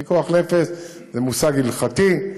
"פיקוח נפש" זה מושג הלכתי,